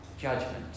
Judgment